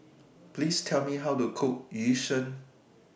Please Tell Me How to Cook Yu Sheng